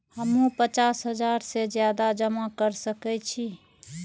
हमू पचास हजार से ज्यादा जमा कर सके छी?